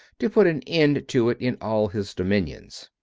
to put an end to it in all his dominions.